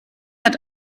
hat